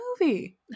movie